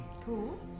Cool